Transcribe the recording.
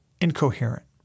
incoherent